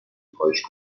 پاش